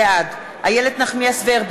בעד משולם נהרי, בעד איילת נחמיאס ורבין,